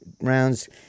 rounds